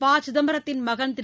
பசிதம்பரத்தின் மகன் திரு